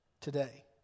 today